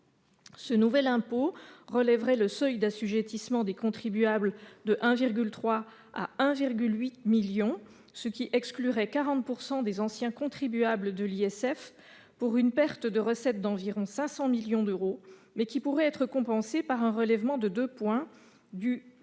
Ce nouvel impôt relèverait le seuil d'assujettissement des contribuables de 1,3 à 1,8 million d'euros, ce qui exclurait 40 % des anciens contribuables de l'ISF pour une perte de recettes d'environ 500 millions d'euros, mais pourrait être compensé par un relèvement de deux points du